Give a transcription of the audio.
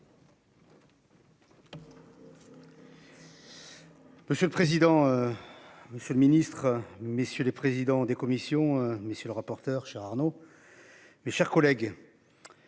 Monsieur le président. Monsieur le ministre, messieurs les présidents des commissions. Monsieur le rapporteur. Chers Arnaud. Mes chers collègues.